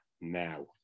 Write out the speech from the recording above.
now